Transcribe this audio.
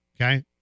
okay